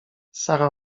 sara